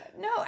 No